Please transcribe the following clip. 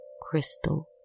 crystal